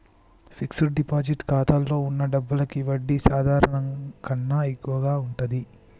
fixed deposit ఖాతాలో వున్న డబ్బులకి వడ్డీ సాధారణం కన్నా ఎక్కువగా ఉంటది